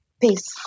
Peace